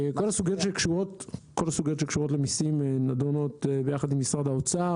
כל הסוגיות שקשורות למיסים נדונות ביחד עם משרד האוצר.